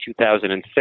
2006